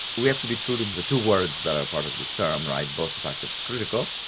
we have to be true to the two words that are part of this term, right, both the fact that it's critical,